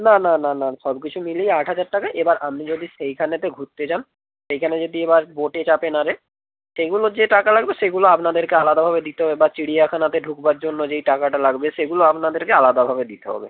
না না না না সব কিছু মিলিয়েই আট হাজার টাকা এবার আপনি যদি সেইখানেতে ঘুরতে যান সেইখানে যদি এবার বোটে চাপেন আরে সেইগুলোর যে টাকা লাগবে সেগুলো আপনাদেরকে আলাদাভাবে দিতে হবে বা চিড়িয়াখানাতে ঢুকবার জন্য যেই টাকাটা লাগবে সেগুলো আপনাদেরকে আলাদাভাবে দিতে হবে